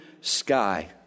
sky